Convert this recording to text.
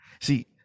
See